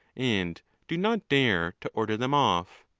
and do not dare to order them off.